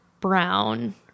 brown